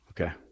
Okay